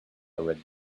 already